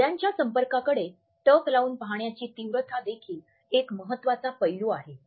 डोळ्यांच्या संपर्कांकडे टक लावून पाहण्याची तीव्रता देखील एक महत्त्वाचा पैलू आहे